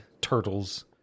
turtles